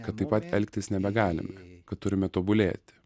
kad taip pat elgtis nebegalime kad turime tobulėti